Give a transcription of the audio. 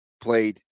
played